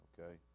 okay